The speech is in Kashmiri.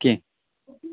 کیٚنٛہہ